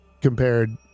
compared